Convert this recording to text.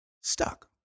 stuck